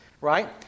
right